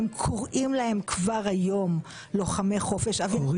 הם קוראים להם כבר היום לוחמי חופש --- אורית,